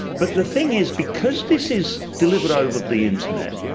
but the thing is, because this is delivered over the internet,